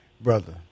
brother